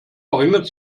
verringert